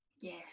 Yes